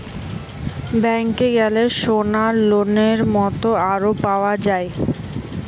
ব্যাংকে গ্যালে সোনার লোনের মত আরো পাওয়া যায়